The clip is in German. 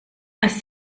als